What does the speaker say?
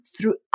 throughout